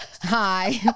hi